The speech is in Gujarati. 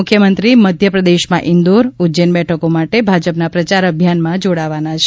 મુખ્યમંત્રી મધ્યપ્રદેશમાં ઇન્દોર ઉજૈન બેઠકો માટે ભાજપના પ્રચાર અભિયાનમાં જોડાવાના છે